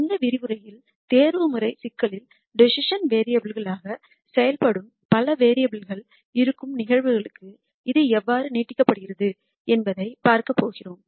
இந்த விரிவுரையில் தேர்வுமுறை சிக்கலில் டிசிசன் வேரியபுல்களாக செயல்படும் பல வேரியபுல்கள் இருக்கும் நிகழ்வுகளுக்கு இது எவ்வாறு நீட்டிக்கப்படுகிறது என்பதைப் பார்க்கப் போகிறோம்